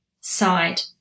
side